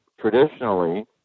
traditionally